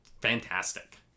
fantastic